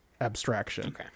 abstraction